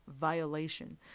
violation